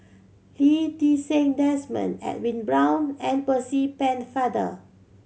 Lee Ti Seng Desmond Edwin Brown and Percy Pennefather